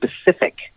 specific